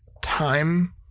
time